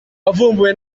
wavumbuwe